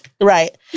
Right